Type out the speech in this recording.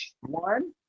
One